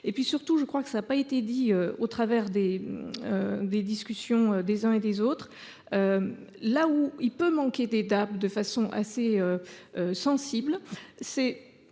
et puis surtout je crois que ça a pas été dit au travers des. Des discussions des uns et des autres. Là où il peut manquer d'étape de façon assez. Sensible, c'est